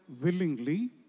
willingly